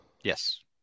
Yes